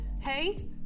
hey